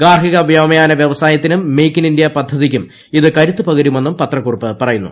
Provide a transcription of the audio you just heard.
ഗാർഹിക വ്യോമയാന വൃവസായത്തിനും മെയ്ക്ക് ഇൻ ഇന്ത്യ പദ്ധതിക്കും ഇത് കരുത്തുപകരുമെന്നും പത്രക്കുറിപ്പ് പറയുന്നു